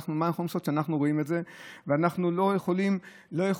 ומה אנחנו יכולים לעשות שאנחנו רואים את זה ואנחנו לא יכולים לצחוק,